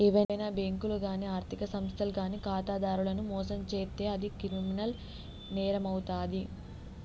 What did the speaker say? ఏవైనా బ్యేంకులు గానీ ఆర్ధిక సంస్థలు గానీ ఖాతాదారులను మోసం చేత్తే అది క్రిమినల్ నేరమవుతాది